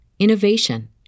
innovation